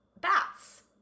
bats